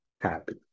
happy